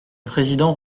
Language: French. président